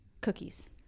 cookies